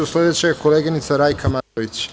Sledeća je koleginica Rajka Matović.